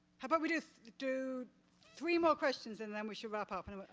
yeah but we do do three more questions and then we should wrap up.